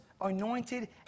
anointed